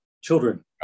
children